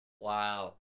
Wow